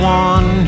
one